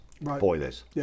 boilers